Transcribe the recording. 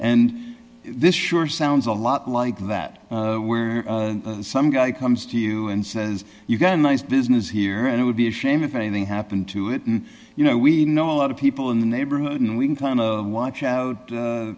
and this sure sounds a lot like that where some guy comes to you and says you've got a nice business here and it would be a shame if anything happened to it you know we know a lot of people in the neighborhood and we watch out